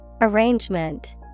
Arrangement